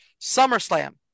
SummerSlam